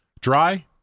Dry